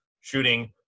shooting